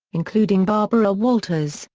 including barbara walters,